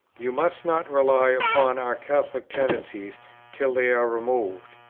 you must not rely upon our catholic tendencies till they are removed.